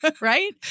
right